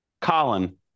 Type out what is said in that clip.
Colin